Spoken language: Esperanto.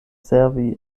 servi